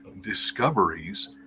discoveries